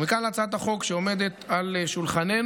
ומכאן להצעת החוק שעומדת על שולחננו.